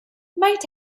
might